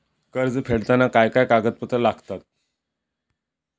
कर्ज फेडताना काय काय कागदपत्रा लागतात?